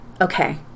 okay